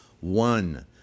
one